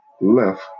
left